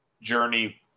journey